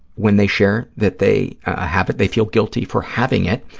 when they share that they ah have it, they feel guilty for having it.